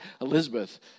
Elizabeth